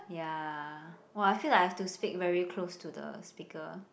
ya !wah! I feel like I have to speak very close to the speaker